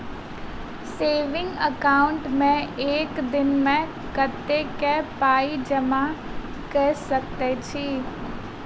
Saving account मे एक दिनमे कतेक पाई जमा कऽ सकैत छी?